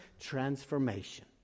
transformation